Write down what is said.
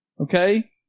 okay